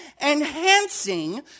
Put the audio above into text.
enhancing